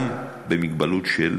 גם במגבלות של